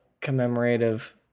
commemorative